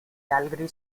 calgary